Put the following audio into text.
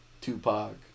Tupac